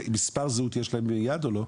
מספר זהות יש להם מיד או לא?